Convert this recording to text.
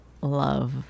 love